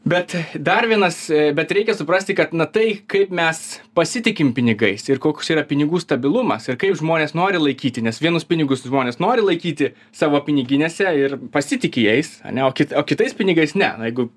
bet dar vienas bet reikia suprasti kad na tai kaip mes pasitikim pinigais ir koks yra pinigų stabilumas ir kaip žmonės nori laikyti nes vienus pinigus žmonės nori laikyti savo piniginėse ir pasitiki jais ane o kit o kitais pinigais ne jeigu